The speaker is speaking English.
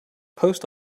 post